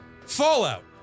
Fallout